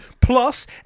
Plus